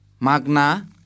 magna